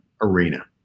arena